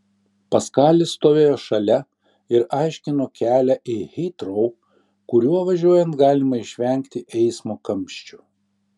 paskalis stovėjo šalia ir aiškino kelią į hitrou kuriuo važiuojant galima išvengti eismo kamščių